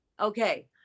Okay